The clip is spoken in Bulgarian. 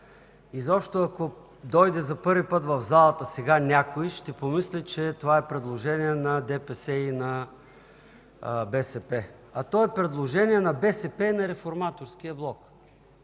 сега някой дойде за първи път в залата, ще помисли, че това е предложение на ДПС и на БСП, а то е предложение на БСП и на Реформаторския блок.